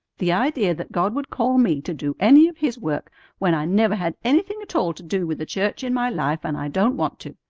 the idea that god would call me to do any of his work when i never had anything at all to do with the church in my life, and i don't want to.